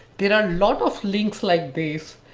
there are a lot of links like this,